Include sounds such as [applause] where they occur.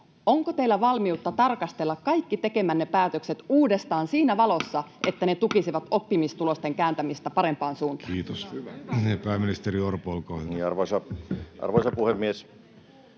onko teillä valmiutta tarkastella kaikki tekemänne päätökset uudestaan siinä valossa, [noise] että ne tukisivat oppimistulosten kääntämistä parempaan suuntaan? Kiitos. — Pääministeri Orpo, olkaa hyvä. Arvoisa puhemies!